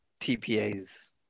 TPAs